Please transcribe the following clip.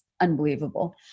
Unbelievable